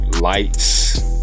lights